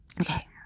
Okay